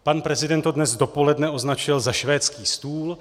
Pan prezident to dnes dopoledne označil za švédský stůl.